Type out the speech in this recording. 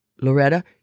Loretta